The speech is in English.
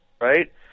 right